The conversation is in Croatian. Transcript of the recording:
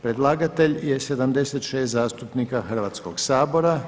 Predlagatelj je 76 zastupnika Hrvatskog sabora.